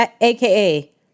aka